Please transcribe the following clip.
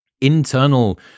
internal